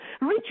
Reach